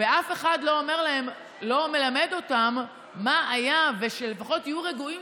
ואף אחד לא מלמד אותם מה היה כך שלפחות יהיו רגועים